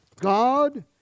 God